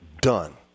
done